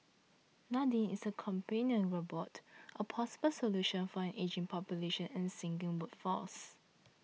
Nadine is a companion robot a possible solution for an ageing population and sinking workforce